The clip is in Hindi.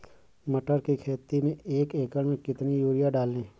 मटर की खेती में एक एकड़ में कितनी यूरिया डालें?